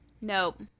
Nope